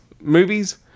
movies